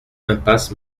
impasse